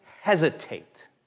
hesitate